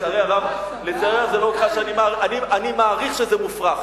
אני מעריך שזה מופרך.